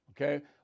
okay